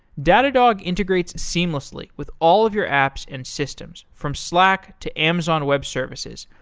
datadog integrates seamlessly with all of your apps and systems from slack, to amazon web services,